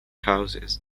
houses